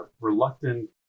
reluctant